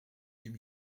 deux